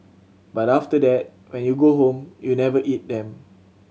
but after that when you go home you never eat them